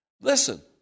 Listen